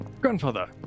Grandfather